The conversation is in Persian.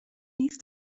نیست